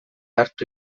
hartu